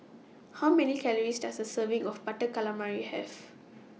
How Many Calories Does A Serving of Butter Calamari Have